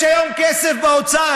יש היום כסף באוצר,